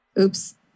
Oops